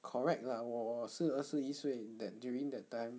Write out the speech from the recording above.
correct lah 我是二十一岁 that during that time